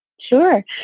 Sure